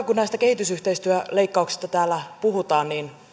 kun näistä kehitysyhteistyöleikkauksista täällä puhutaan niin